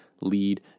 lead